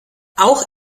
auch